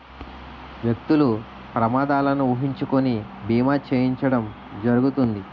వ్యక్తులు ప్రమాదాలను ఊహించుకొని బీమా చేయడం జరుగుతుంది